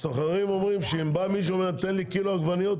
אבל הסוחרים אומרים שאם בא מישהו ואומר "תן לי קילו עגבניות",